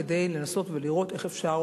כדי לנסות ולראות איך אפשר